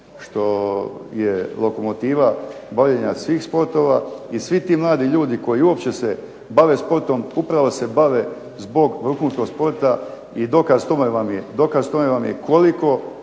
što je lokomotiva bavljenja svih sportova i svi ti mladi ljudi koji uopće se bave sportom upravo se bave zbog vrhunskog sporta i dokaz tome vam je koliko